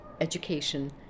education